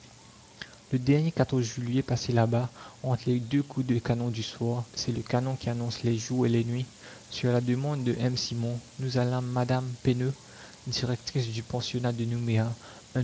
le dernier juillet passé là-bas entre les deux coups de canon du soir c'est le canon qui annonce les jours et les nuits sur la demande de m simon nous allâmes madame penaud directrice du pensionnat de nouméa